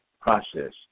process